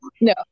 No